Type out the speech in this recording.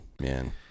man